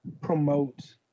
promote